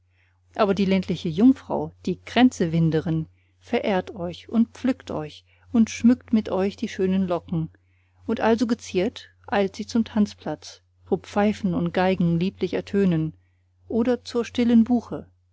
aber die ländliche jungfrau die kränzewinderin verehrt euch und pflückt euch und schmückt mit euch die schönen locken und also geziert eilt sie zum tanzplatz wo pfeifen und geigen lieblich ertönen oder zur stillen buche